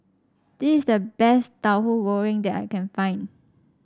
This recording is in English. this is the best Tauhu Goreng that I can find